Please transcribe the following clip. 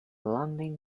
landing